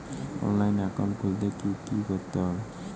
অনলাইনে একাউন্ট খুলতে হলে কি করতে হবে?